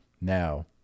Now